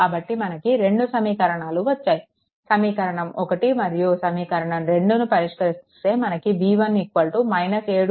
కాబట్టి మనకు రెండు సమీకరణాలు వచ్చాయి సమీకరణం 1 మరియు సమీకరణం 2ను పరిష్కరిస్తే మనకు v1 7